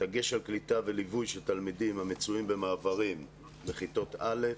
דגש על קליטה וליווי של תלמידים המצויים במעברים בכתות א',